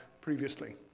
previously